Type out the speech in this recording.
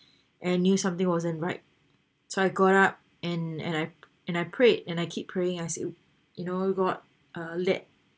and knew something wasn't right so I gone up and and I and I prayed and I keep praying I said you know god uh let